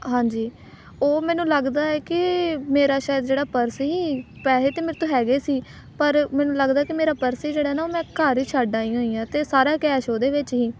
ਹਾਂਜੀ ਉਹ ਮੈਨੂੰ ਲੱਗਦਾ ਹੈ ਕਿ ਮੇਰਾ ਸ਼ਾਇਦ ਜਿਹੜਾ ਪਰਸ ਸੀ ਪੈਸੇ ਤਾਂ ਮੇਰੇ ਤੋਂ ਹੈਗੇ ਸੀ ਪਰ ਮੈਨੂੰ ਲੱਗਦਾ ਕਿ ਮੇਰਾ ਪਰਸ ਜਿਹੜਾ ਨਾ ਉਹ ਮੈਂ ਘਰ ਹੀ ਛੱਡ ਆਈ ਹੋਈ ਹਾਂ ਅਤੇ ਸਾਰਾ ਕੈਸ਼ ਉਹਦੇ ਵਿੱਚ ਸੀ